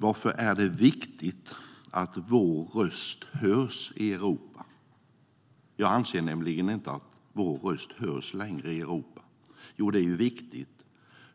Varför är det viktigt att vår röst hörs i Europa? Jag anser nämligen inte att vår röst hörs i Europa längre. Jo, det är viktigt